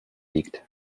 liegt